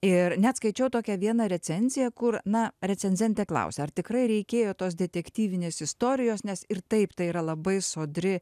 ir net skaičiau tokią vieną recenziją kur na recenzentė klausia ar tikrai reikėjo tos detektyvinės istorijos nes ir taip tai yra labai sodri